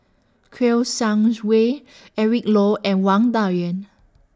Kouo Shang Wei Eric Low and Wang Dayuan